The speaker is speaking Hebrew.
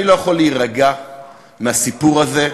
אני לא יכול להירגע מהסיפור הזה,